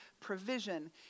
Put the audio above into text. provision